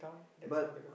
but